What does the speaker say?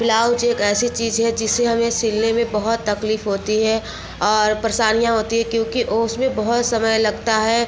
blouse एक ऐसी चीज है जिसे हमें सिलने में बहुत तकलीफ होती है और परेशानियाँ होती हैं क्योंकि उसमें बहुत समय लगता है